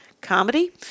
comedy